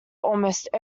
almost